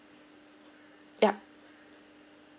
yup